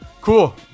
cool